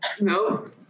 No